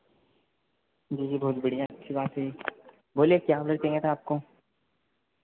जी जी बहुत बढ़ियाँ अच्छी बात है जी बोलिए क्या ऑर्डर चाहिए था आपको